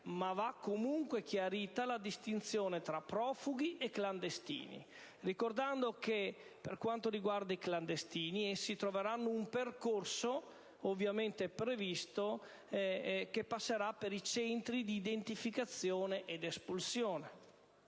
Va però comunque chiarita la distinzione fra profughi e clandestini ricordando che, per quanto riguarda i clandestini, essi troveranno un percorso -ovviamente è previsto - che passerà per i centri di identificazione e di espulsione.